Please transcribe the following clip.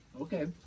Okay